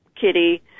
kitty